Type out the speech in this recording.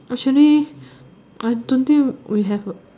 actually I don't think we have a